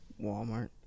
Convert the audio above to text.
walmart